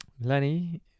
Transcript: Lenny